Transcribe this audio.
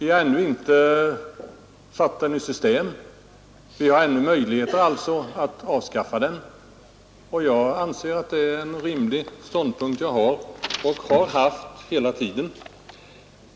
Vi har ännu inte satt lagen i system; vi har alltså fortfarande möjlighet att avskaffa den. Jag anser att det är en rimlig ståndpunkt jag intar och har intagit hela tiden.